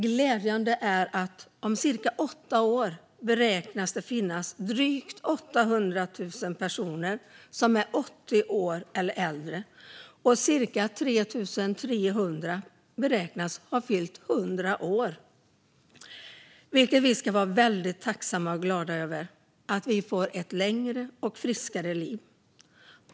Glädjande är att om cirka åtta år beräknas det finnas drygt 800 000 personer som är 80 år eller äldre och cirka 3 300 personer som har fyllt 100 år. Vi ska vara väldigt tacksamma och glada över att vi får ett längre och friskare liv.